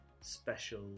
special